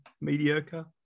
mediocre